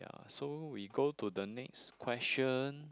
so we go to the next question